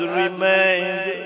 remained